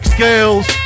Scales